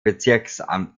bezirksamt